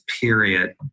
period